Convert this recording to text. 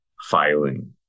filing